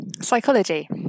psychology